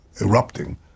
erupting